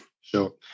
Sure